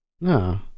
No